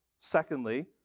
Secondly